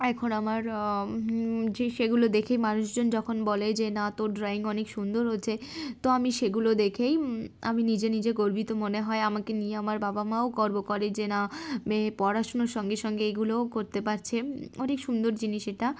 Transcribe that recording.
এখন আমার যে সেগুলো দেখেই মানুষজন যখন বলে যে না তোর ড্রয়িং অনেক সুন্দর হচ্ছে তো আমি সেগুলো দেখেই আমি নিজে নিজে গর্বিত মনে হয় আমাকে নিয়ে আমার বাবা মাও গর্ব করে যে না মেয়ে পড়াশুনার সঙ্গে সঙ্গে এগুলোও করতে পারছে অনেক সুন্দর জিনিস এটা